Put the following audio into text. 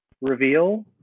reveal